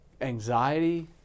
anxiety